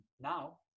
now